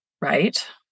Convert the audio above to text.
right